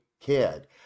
kid